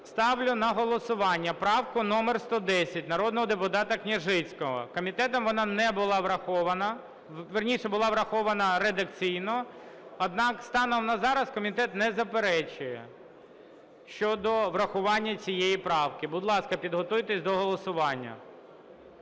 ставлю на голосування правку номер 110 народного депутата Княжицького. Комітетом вона не була врахована… Вірніше, була врахована редакційно, однак станом на зараз комітет не заперечує щодо врахування цієї правки. Будь ласка, підготуйтесь до голосування.